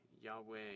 Yahweh